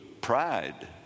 pride